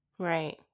Right